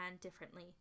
differently